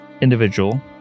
individual